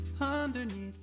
underneath